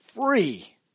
free